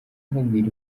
nkubwira